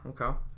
okay